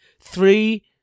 three